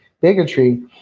bigotry